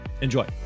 Enjoy